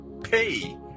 pay